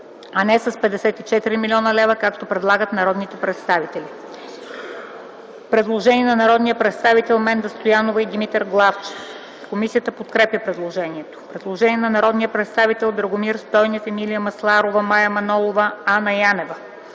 а не с 54 млн. лв., както предлагат народните представители. Предложение на народните представители Менда Стоянова и Димитър Главчев. Комисията подкрепя предложението. Предложение на народните представители Драгомир Стойнев, Емилия Масларова, Мая Манолова, Анна Янева